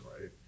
right